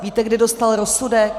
Víte, kdy dostal rozsudek?